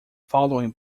following